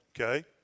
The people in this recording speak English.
Okay